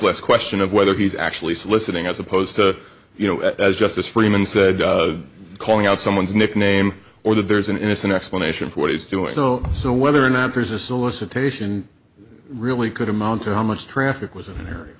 less question of whether he's actually soliciting as opposed to you know as justice freeman said calling out someone's nickname or that there's an innocent explanation for what he's doing so whether or not there's a solicitation really could amount to how much traffic was